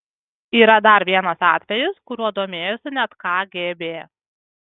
yra dar vienas atvejis kuriuo domėjosi net kgb